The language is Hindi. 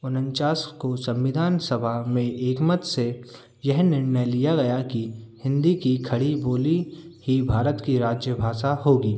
उनचास को संविधान सभा में एकमत से यह निर्णय लिया गया कि हिंदी की खड़ी बोली ही भारत की राज्य भाषा होगी